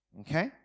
okay